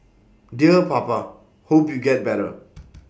dear papa hope you get better